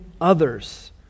others